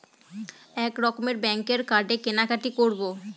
এক রকমের ব্যাঙ্কের কার্ডে কেনাকাটি করব